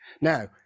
Now